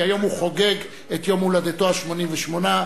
כי היום הוא חוגג את יום הולדתו ה-88.